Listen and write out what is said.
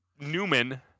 Newman